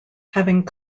having